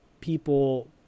people